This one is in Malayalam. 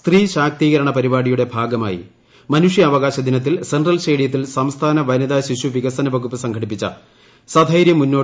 സ്ത്രീ ശാക്തീകരണ പരിപാടിയുടെ ഭാഗമായി മനുഷ്യാവകാശ ദിനത്തിൽ സെൻട്രൽ സ്റ്റേഡിയത്തിൽ സംസ്ഥാന വനിത ശിശു വികസന വകുപ്പ് സംഘടിപ്പിച്ച് സംസാരിക്കുകയായിരുന്നു മുഖ്യമന്ത്രി